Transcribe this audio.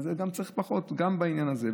אז צריך פחות גם בעניין הזה.